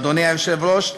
אדוני היושב-ראש,